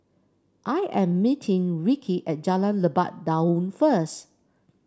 I am meeting Rickie at Jalan Lebat Daun first